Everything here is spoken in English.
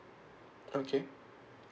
okay